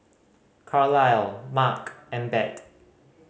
Carlyle Mack and Bette